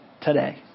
today